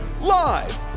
Live